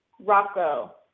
Rocco